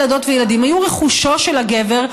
ילדות וילדים היו רכושו של הגבר,